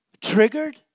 triggered